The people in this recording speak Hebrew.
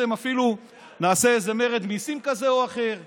אפילו נעשה איזה מרד מיסים כזה או אחר וכו'